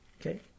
Okay